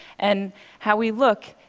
and how we look,